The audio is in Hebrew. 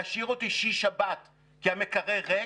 תשאיר אותי שישי-שבת כי המקרר ריק,